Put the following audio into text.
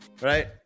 right